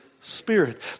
spirit